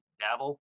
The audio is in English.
dabble